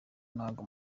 ntago